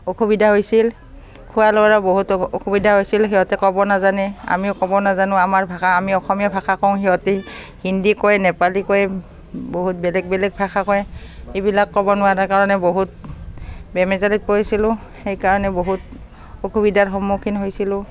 অসুবিধা হৈছিল খোৱা লোৱাৰ বহুতো অসুবিধা হৈছিল সিহঁতে ক'ব নাজানে আমিও ক'ব নাজানো আমাৰ ভাষা আমি অসমীয়া ভাষা কওঁ সিহঁতে হিন্দী কয় নেপালী কয় বহুত বেলেগ বেলেগ ভাষা কয় এইবিলাক ক'ব নোৱাৰাৰ কাৰণে বহুত বেমেজালিত পৰিছিলোঁ সেইকাৰণে বহুত অসুবিধাৰ সন্মুখীন হৈছিলোঁ